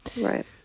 Right